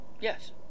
yes